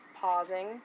pausing